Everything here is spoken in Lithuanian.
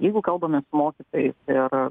jeigu kalbame su mokytojais ir